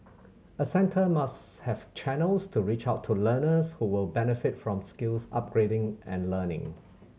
a centre must have channels to reach out to learners who will benefit from skills upgrading and learning